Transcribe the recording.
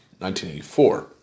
1984